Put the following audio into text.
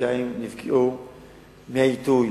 שהאמריקנים נפגעו מהעיתוי,